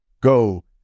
Go